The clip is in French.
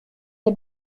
les